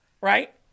Right